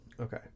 Okay